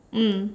mm